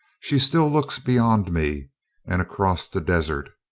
she still looks beyond me and across the desert.